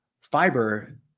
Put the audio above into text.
Fiber